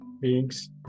beings